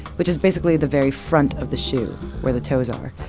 which is basically the very front of the shoe where the toes are.